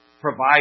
provide